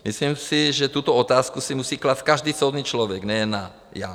Myslím si, že tuto otázku si musí klást každý soudný člověk, nejen já.